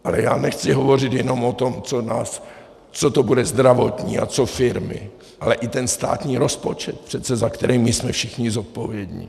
Ale já nechci hovořit jenom o tom, co to bude zdravotní a co firmy, ale i ten státní rozpočet přece, za který my jsme všichni zodpovědní.